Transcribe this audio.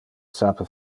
sape